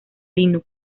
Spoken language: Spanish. linux